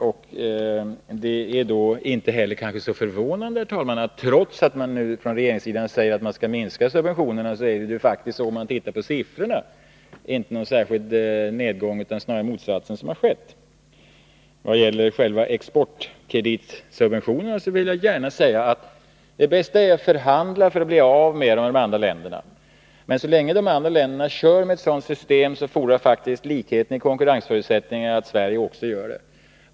Det är då inte heller förvånande, herr talman, att man finner om man ser på siffrorna — trots att regeringen säger att subventionerna skall minskas — att det faktiskt inte skett någon nedgång utan snarast motsatsen. I vad gäller själva exportkreditsubventionerna vill jag gärna säga att det bästa är att förhandla för att tillsammans med de andra länderna bli av med dem. Men så länge de andra länderna kör med ett sådant system fordrar faktiskt likheten i konkurrensförutsättningarna att Sverige också gör det.